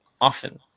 often